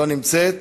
לא נמצאת,